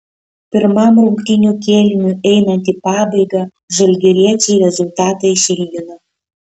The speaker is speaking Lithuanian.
pirmam rungtynių kėliniui einant į pabaigą žalgiriečiai rezultatą išlygino